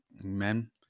Amen